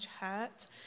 hurt